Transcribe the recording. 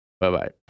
Bye-bye